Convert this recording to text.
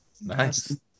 Nice